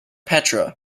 petra